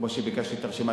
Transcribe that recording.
כמו שביקשתי את הרשימה,